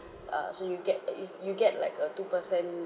err so you'll get is you get like a two per cent